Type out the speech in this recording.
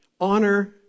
honor